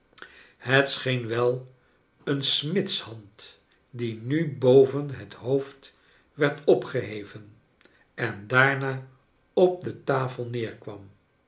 het scheen wel een smidshand die nu boven bet hoofd werd opgeheven en daarna op de tafel neerkwam